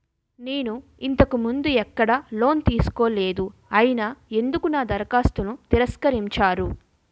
నేను ఇంతకు ముందు ఎక్కడ లోన్ తీసుకోలేదు అయినా ఎందుకు నా దరఖాస్తును తిరస్కరించారు?